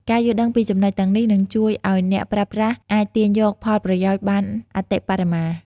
ការយល់ដឹងពីចំណុចទាំងនេះនឹងជួយឱ្យអ្នកប្រើប្រាស់អាចទាញយកផលប្រយោជន៍បានអតិបរមា។